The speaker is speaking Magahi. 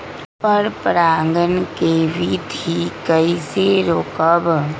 पर परागण केबिधी कईसे रोकब?